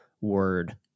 word